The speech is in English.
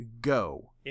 Go